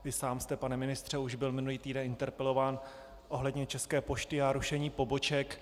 Vy sám jste, pane ministře, byl už minulý týden interpelován ohledně České pošty a rušení poboček.